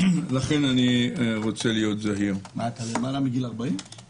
אני הבנתי גם לפני שנתיים את הבעיה שעמדה מול הממשלה